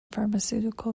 pharmaceutical